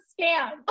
scam